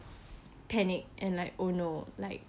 panic and like oh no like